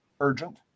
urgent